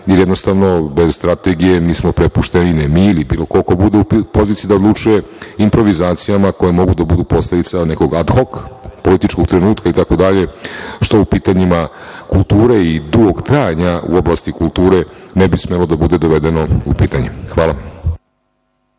jednostavno bez strategije i ne mi, nego bilo ko ko bude u poziciji da odlučuje improvizacijama koje mogu da budu posledica nekog ad hok političkog trenutka itd. što u pitanjima kulture i dugog trajanja u oblasti kulture ne bi smelo da bude dovedeno u pitanje. Hvala.